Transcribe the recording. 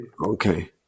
Okay